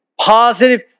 positive